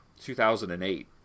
2008